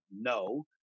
no